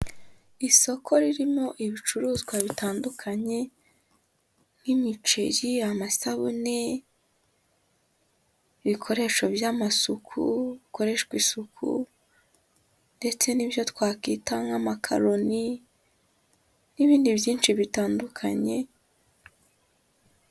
Isoko ririmo ibicuruzwa bitandukanye nk'imiceri, amasabune, ibikoresho by'amasuku bikoreshwa isuku, ndetse n'ibyo twakwita nk'amakaroni, n'ibindi byinshi bitandukanye.